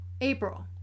April